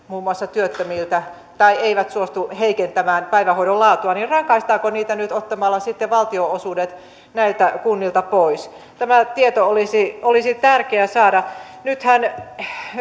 muun muassa työttömiltä tai eivät suostu heikentämään päivähoidon laatua rangaistaanko niitä nyt ottamalla sitten valtionosuudet näiltä kunnilta pois tämä tieto olisi olisi tärkeä saada nythän